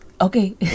Okay